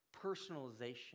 Personalization